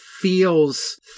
feels